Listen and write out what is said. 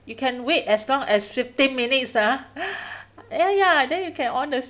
you can wait as long as fifteen minutes ah ya ya then you can on the